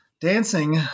Dancing